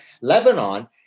Lebanon